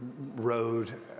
road